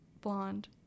Blonde